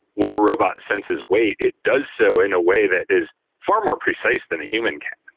when a robot senses weight, it does so in a way that is far more precise than a human can,